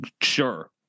Sure